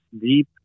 deep